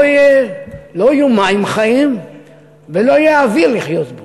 לא יהיו מים חיים ולא יהיה אוויר לחיות.